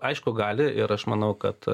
aišku gali ir aš manau kad